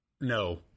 no